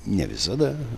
ne visada